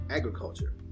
agriculture